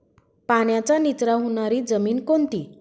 पाण्याचा निचरा होणारी जमीन कोणती?